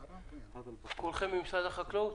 כולכם ממשרד החקלאות?